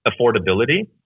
affordability